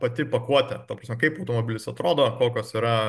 pati pakuotė ta prasme kaip automobilis atrodo kokios yra